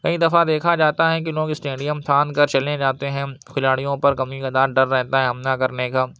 کئی دفعہ دیکھا جاتا ہے کہ لوگ اسٹیڈیم پھاند کر چلے جاتے ہیں کھلاڑیوں پر کبھی کبھار ڈر رہتا ہے حملہ کرنے کا